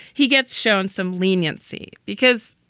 he gets shown some leniency because,